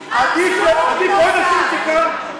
עדיף, בואי נשאיר את זה כאן.